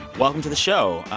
welcome to the show.